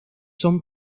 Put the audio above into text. son